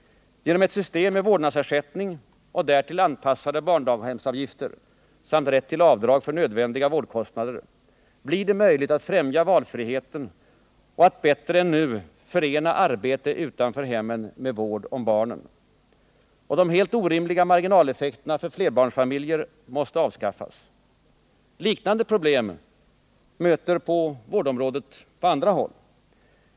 Genom ett system med vårdnadsersättning och därtill anpassade barndaghemsavgifter samt rätt till avdrag för nödvändiga vårdnadskostnader blir det möjligt att främja valfriheten och att bättre än nu förena arbete utanför hemmet med vård om barnen. Och de helt orimliga marginaleffekterna för flerbarnsfamiljer måste avskaffas. Liknande problem möter man på andra håll inom vårdområdet.